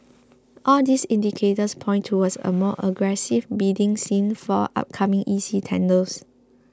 all these indicators point towards a more aggressive bidding scene for upcoming E C tenders